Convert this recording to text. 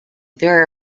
there